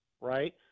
right